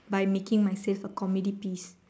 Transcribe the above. by making myself a comedy piece